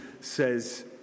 says